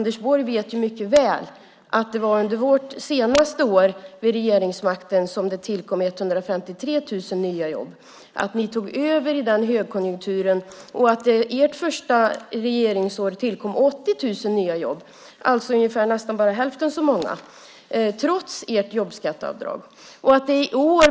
Du vet mycket väl att det var under vårt sista år vid regeringsmakten som 153 000 nya jobb tillkom och att ni tog över i den högkonjunkturen. Du vet att 80 000 nya jobb tillkom under det första regeringsåret, alltså nästan bara hälften så många, trots jobbskatteavdraget.